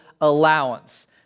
allowance